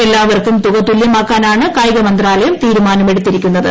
എല്ലാവർക്കും ്യൂക് തുല്യമാക്കാനാണ് കായിക മന്ത്രാലയം തീരുമാനമെടുത്തിരിക്കു്ന്നത്